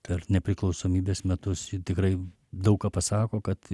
per nepriklausomybės metus tikrai daug ką pasako kad